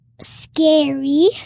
scary